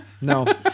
No